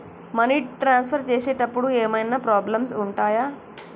Money transfer చేసేటప్పుడు ఏమైనా problems ఉంటయా?